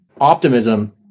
optimism